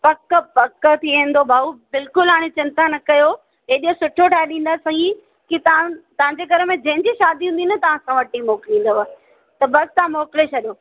पक पक थी वेंदो भाउ बिल्कुलु हाणे चिंता न कयो एॾो सुठो ठाहे ॾींदासीं कि तव्हां तव्हांजे घर में जंहिंजी शादी हूंदी न तव्हां खां वठी मोकिलिंदव त बसि तव्हां मोकिले छॾियो